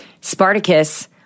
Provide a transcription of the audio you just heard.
Spartacus